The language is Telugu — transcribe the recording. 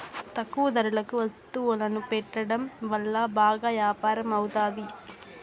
తక్కువ ధరలకు వత్తువులను పెట్టడం వల్ల బాగా యాపారం అవుతాది